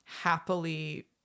happily